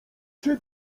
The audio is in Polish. czy